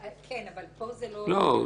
כן, אבל פה זה לא --- לא.